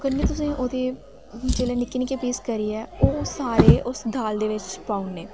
कन्नै तुसें ओह्दे जेल्लै निक्के निक्के पीस करियै ओह् सारे उस दाल दे बिच पाने